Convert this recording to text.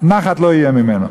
נחת לא תהיה ממנו,